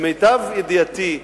למיטב ידיעתי,